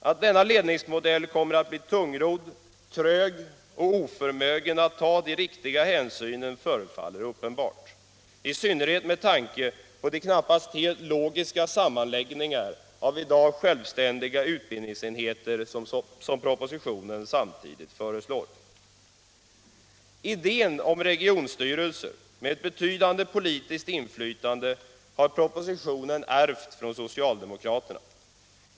Att denna ledningsmodell kommer att bli tungrodd, trög och oförmögen att ta de riktiga hänsynen förefaller uppenbart, i synnerhet med tanke på de knappast helt logiska sammanläggningar av i dag självständiga utbildningsenheter som propositionen samtidigt föreslår. Idén om regionstyrelser med ett betydande politiskt inflytande har propositionen ärvt från socialdemokraterna.